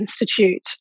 Institute